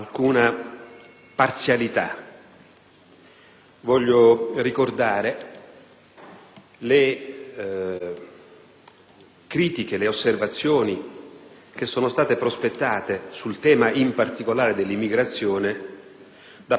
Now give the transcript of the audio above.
Voglio ricordare le critiche e le osservazioni che sono state prospettate, in particolare sul tema dell'immigrazione, da parte di ambienti autorevolissimi